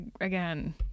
again